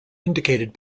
indicated